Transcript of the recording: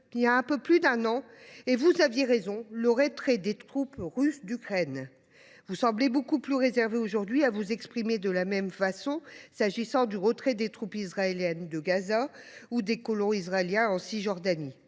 il y a un peu plus d’un an – et vous aviez raison – le retrait des troupes russes d’Ukraine. Vous semblez beaucoup plus réservée aujourd’hui pour vous exprimer de la même façon, s’agissant du retrait des troupes israéliennes de Gaza ou des colons israéliens de Cisjordanie.